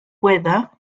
weather